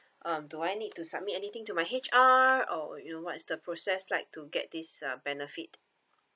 um do I need to submit anything to my H_R or you know what's the process like to get this uh benefit